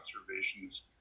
observations